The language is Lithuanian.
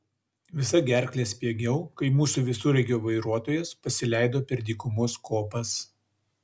visa gerkle spiegiau kai mūsų visureigio vairuotojas pasileido per dykumos kopas